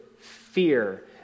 fear